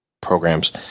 programs